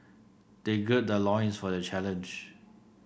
they gird their loins for the challenge